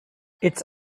its